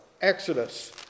Exodus